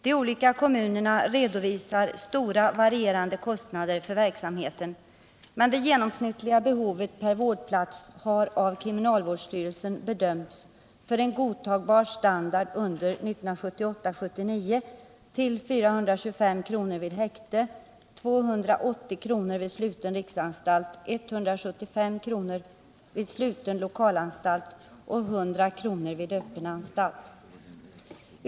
De olika kommunerna redovisar mycket varierande kostnader för verksamheten, men det genomsnittliga behovet per vårdplats har av kriminalvårdsstyrelsen bedömts för en godtagbar standard under 1978/79 till 425 kr. vid häkte, 280 kr. vid sluten riksanstalt, 175 kr. vid sluten lokalanstalt och 100 kr. vid öppen anstalt.